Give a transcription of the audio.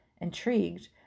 Intrigued